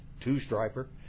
two-striper